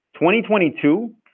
2022